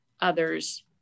others